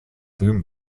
boom